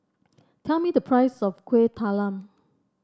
tell me the price of Kueh Talam